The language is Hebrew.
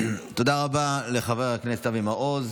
תודה רבה לחבר הכנסת אבי מעוז.